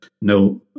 no